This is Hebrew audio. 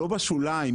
לא בשוליים,